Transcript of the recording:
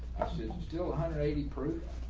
still hundred eighty proof.